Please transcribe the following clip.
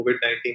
COVID-19